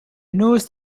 newest